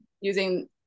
using